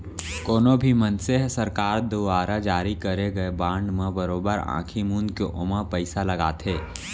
कोनो भी मनसे ह सरकार दुवारा जारी करे गए बांड म बरोबर आंखी मूंद के ओमा पइसा लगाथे